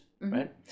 right